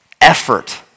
effort